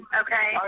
okay